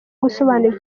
gusobanura